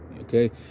okay